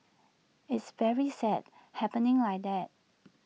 it's very sad happening like that